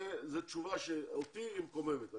זאת תשובה שאותי היא מקוממת.